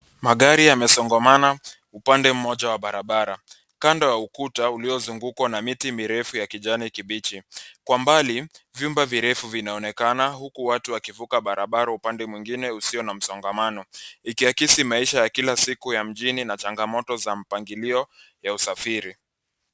Magari yamesongamana upande mmoja wa barabara. Kando ya ukuta, uliozingukwa na miti mirefu ya kijani kibichi. Kwa mbali, viumba virefu vinaonekana huku watu wakifuka barabara upande mwingine usio na msongamano, ikiakisi maisha ya kila siku ya mjini na changamoto za mpangilio ya usafiri.